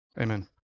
amen